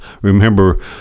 Remember